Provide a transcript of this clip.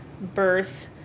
birth